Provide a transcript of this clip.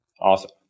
Awesome